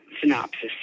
synopsis